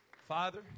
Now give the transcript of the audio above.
Father